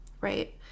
right